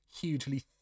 hugely